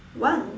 one